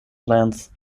lands